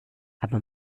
aber